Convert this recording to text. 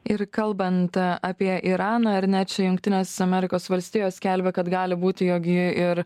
ir kalbant apie iraną ar ne čia jungtinės amerikos valstijos skelbia kad gali būti jog i ir